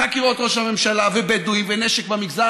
חקירות ראש הממשלה ובדואים ונשק במגזר